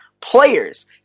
Players